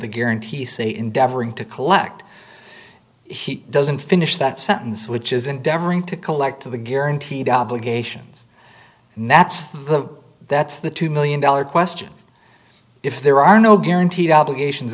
the guarantee say endeavoring to collect he doesn't finish that sentence which is endeavoring to collect to the guaranteed obligations and that's the that's the two million dollar question if there are no guaranteed obligations